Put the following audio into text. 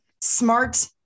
smart